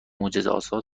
معجزهآسا